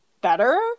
better